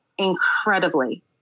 incredibly